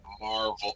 Marvel